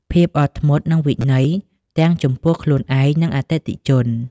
ភាពអត់ធ្មត់ និងវិន័យ ទាំងចំពោះខ្លួនឯង និងអតិថិជន។